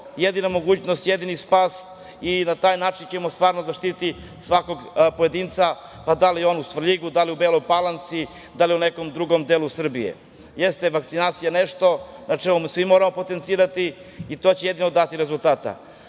jedina mogućnost, jedini spas. Na taj način ćemo stvarno zaštiti svakog pojedinca, da li je on u Svrljigu, Beloj Palanci, da li u nekom drugom delu Srbije. Jeste vakcinacija nešto na čemu svi moramo potencirati i to će jedino dati rezultata. Što